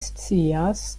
scias